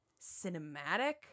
cinematic